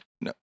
No